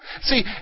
See